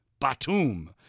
Batum